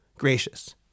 gracious